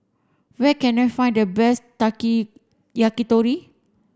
where can I find the best Yakitori